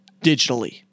Digitally